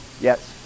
Yes